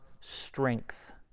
strength